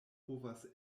povas